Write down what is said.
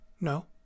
No